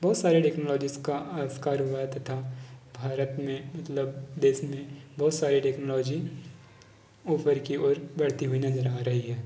बहुत सारी टेक्नोलॉजीज का अविष्कार हुआ है तथा भारत में मतलब देश में बहुत सारी टेक्नोलॉजी ऊपर की ओर बढ़ती हुई नज़र आ रही है